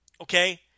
okay